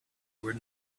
were